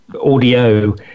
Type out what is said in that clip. audio